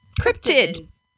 Cryptid